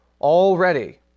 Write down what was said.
already